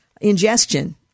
ingestion